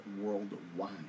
worldwide